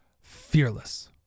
fearless